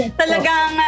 talagang